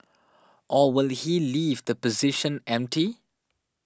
or will he leave the position empty